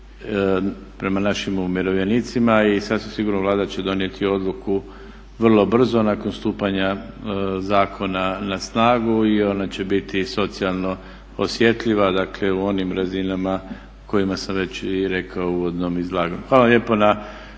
prema našim umirovljenicima i sasvim sigurno Vlada će donijeti odluku vrlo brzo nakon stupanja zakona na snagu i ona će biti socijalno osjetljiva. Dakle, u onim razinama o kojima sam već i rekao u uvodnom izlaganju. Hvala lijepo na